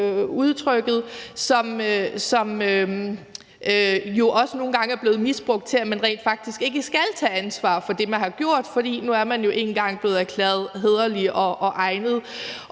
som jo også nogle gange er blevet misbrugt til, at man rent faktisk ikke skal tage ansvar for det, man har gjort, for nu er man jo en gang blevet erklæret hæderlig og egnet.